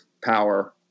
power